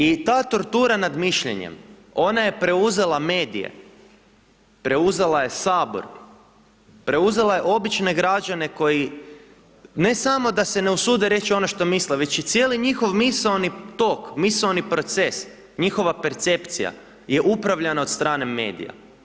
I ta tortura nad mišljenjem, ona je preuzela medije, preuzela je Sabor, preuzela je obične građane koji ne samo da se ne usude reći ono što misle već i cijeli njihov misaoni tok, misaoni proces, njihova percepcija je upravljana od strane medija.